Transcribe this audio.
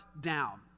down